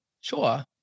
Sure